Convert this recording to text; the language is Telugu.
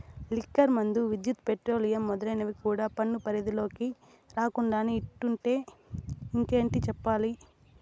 లిక్కర్ మందు, విద్యుత్, పెట్రోలియం మొదలైనవి కూడా పన్ను పరిధిలోకి రాకుండానే ఇట్టుంటే ఇంకేటి చెప్పాలి